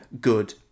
good